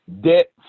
Debt